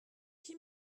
qui